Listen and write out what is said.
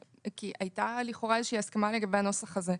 כי הייתה לכאורה איזושהי הסכמה לגבי הנוסח הזה.